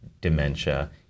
dementia